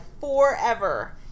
forever